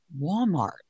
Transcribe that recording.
Walmart